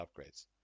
upgrades